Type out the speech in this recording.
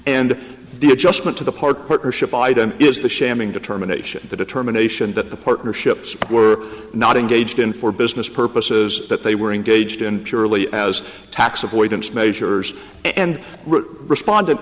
and the adjustment to the park partnership item is the shamming determination the determination that the partnerships were not engaged in for business purposes that they were engaged in purely as tax avoidance measures and responde